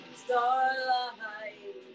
starlight